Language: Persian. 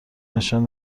نشان